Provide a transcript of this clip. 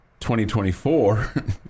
2024